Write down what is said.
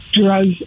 drugs